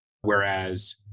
Whereas